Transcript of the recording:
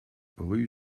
rue